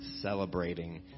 celebrating